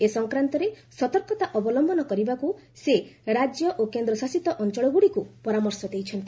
ଏ ସଂକ୍ରାନ୍ତରେ ସତର୍କତା ଅବଲମ୍ଭନ କରିବାକୁ ସେ ରାଜ୍ୟ ଓ କେନ୍ଦ୍ରଶାସିତ ଅଞ୍ଚଳଗୁଡ଼ିକୁ ପରାମର୍ଶ ଦେଇଛନ୍ତି